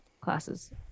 classes